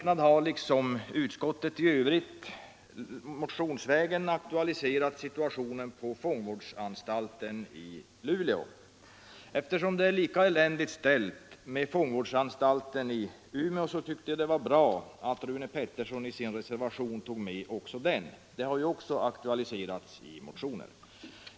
Jag har liksom ett par andra ledamöter motionsvägen aktualiserat situationen på fångvårdsanstalten i Luleå. Eftersom det är lika eländigt ställt med fångvårdsanstalten i Umeå tycker jag att det var bra att herr Pettersson i Västerås i sin reservation tog med den — den har f. ö. också aktualiserats i motionen.